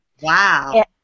Wow